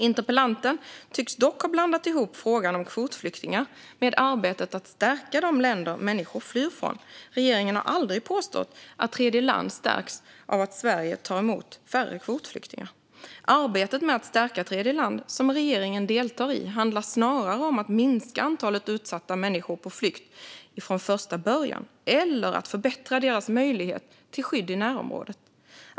Interpellanten tycks dock ha blandat ihop frågan om kvotflyktingar med arbetet med att stärka de länder människor flyr ifrån. Regeringen har aldrig påstått att tredjeland stärks av att Sverige tar emot färre kvotflyktingar. Arbetet med att stärka tredjeland som regeringen deltar i handlar snarare om att minska antalet utsatta människor på flykt från första början eller att förbättra deras möjlighet till skydd i närområdet.